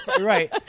Right